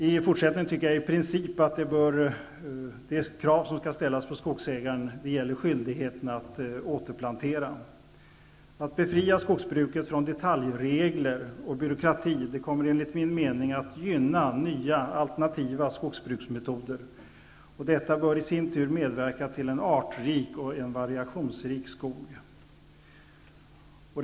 I fortsättningen tycker jag i princip att de krav som skall ställas på skogsägaren skall gälla skyldigheten att återplantera. Att befria skogsbruket från detaljregler och byråkrati kommer enligt min mening att gynna nya, alternativa skogsbruksmetoder, och detta bör i sin tur medverka till en artrik och variationsrik skog.